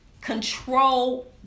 control